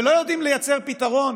ולא יודעים לייצר פתרון